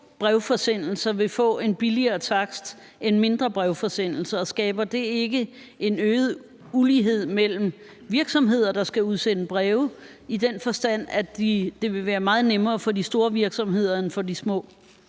store brevforsendelser vil få en lavere takst end mindre brevforsendelser, og skaber det ikke en øget ulighed mellem virksomheder, der skal udsende breve, i den forstand at det vil være meget nemmere for de store virksomheder end for de små?